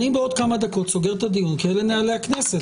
אני בעוד כמה דקות סוגר את הדיון כי אלה נהלי הכנסת,